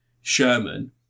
Sherman